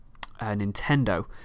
Nintendo